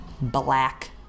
black